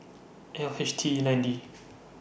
L H T E nine D